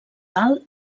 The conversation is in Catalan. alt